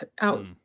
out